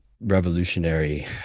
revolutionary